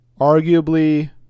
Arguably